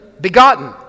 begotten